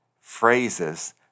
phrases